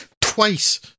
twice